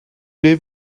beth